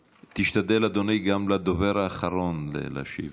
תשתדל, אדוני, להשיב